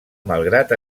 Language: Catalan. malgrat